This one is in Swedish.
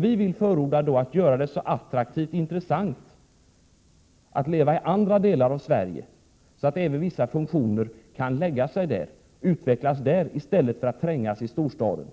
Vi vill förorda att man gör det så attraktivt och intressant att leva i andra delar av Sverige att även andra funktioner kan förläggas dit och utvecklas där i stället för att trängas i storstaden.